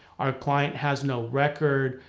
our client has no record,